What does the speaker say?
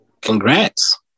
Congrats